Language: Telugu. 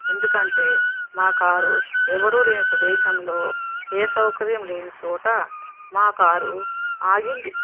ఎందుకంటే మా కారు ఎవరూ లేని ప్రదేశంలో ఏ సౌకర్యం లేని చోట మా కారు ఆగింది